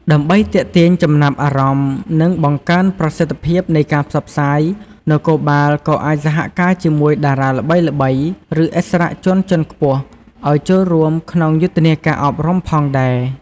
ដើម្បីទាក់ទាញចំណាប់អារម្មណ៍ និងបង្កើនប្រសិទ្ធភាពនៃការផ្សព្វផ្សាយ នគរបាលក៏អាចសហការជាមួយ តារាល្បីៗ ឬឥស្សរជនជាន់ខ្ពស់ ឱ្យចូលរួមក្នុងយុទ្ធនាការអប់រំផងដែរ។